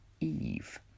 Eve